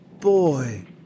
Boy